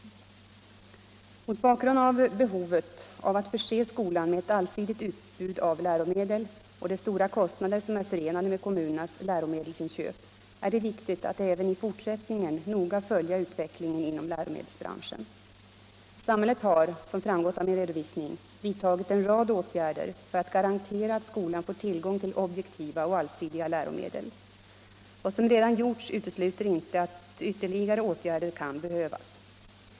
Mot bakgrund av behovet av att förse skolan med ett allsidigt utbud av läromedel och de stora kostnader som är förenade med kommunernas läromedelsinköp är det viktigt att även i fortsättningen noga följa utvecklingen inom läromedelsbranschen. Samhället har, som framgått av min redovisning, vidtagit en rad åtgärder för att garantera att skolan får tillgång till objektiva och allsidiga läromedel. Vad som redan gjorts utesluter inte att ytterligare åtgärder kan behövas.